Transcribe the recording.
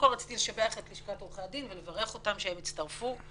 רציתי לשבח את לשכת עורכי הדין ולברך אותם שהם הצטרפו.